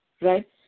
right